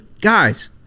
guys